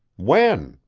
when,